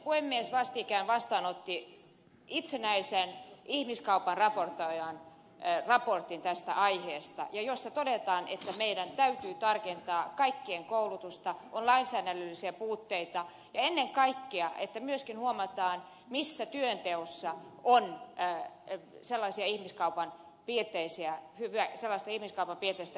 puhemies vastikään vastaanotti itsenäisen ihmiskaupan vastaisen raportoijan raportin tästä aiheesta ja siinä todetaan että meidän täytyy tarkentaa kaikkien koulutusta on lainsäädännöllisiä puutteita ja ennen kaikkea täytyy myöskin huomata missä työnteossa on sellaista ihmiskaupan piirteet sisältävää hyväksikäyttöä